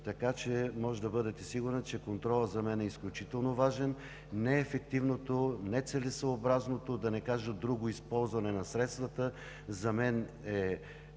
процес. Можете да бъдете сигурна, че контролът за мен е изключително важен. Неефективното, нецелесъобразното, да не кажа друго, използване на средствата за мен е